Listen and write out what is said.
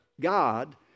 God